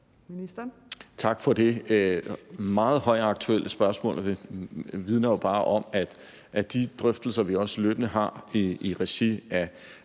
Tak for det meget højaktuelle spørgsmål, og det vidner jo bare om, at de drøftelser, vi også løbende har i regi af